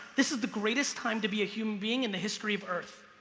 this is the greatest time to be a human being in the history of earth.